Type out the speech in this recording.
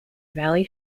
valley